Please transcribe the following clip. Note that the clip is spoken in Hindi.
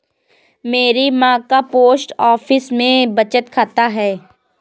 मेरी मां का पोस्ट ऑफिस में बचत खाता है